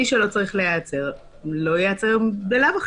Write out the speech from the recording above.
מי שלא צריך להיעצר, לא ייעצר בלאו הכי.